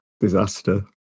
disaster